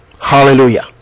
Hallelujah